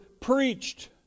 preached